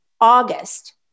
August